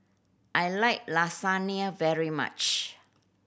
I like Lasagna very much